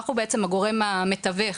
אנחנו בעצם הגורם המתווך.